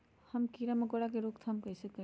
हम किरा मकोरा के रोक थाम कईसे करी?